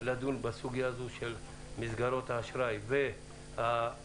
לדון בסוגיה הזו של מסגרות האשראי והרפורמה,